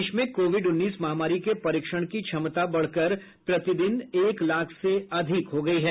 देश में कोविड उन्नीस महामारी के परीक्षण की क्षमता बढकर प्रति दिन एक लाख से अधिक हो गयी है